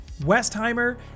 Westheimer